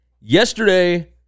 Yesterday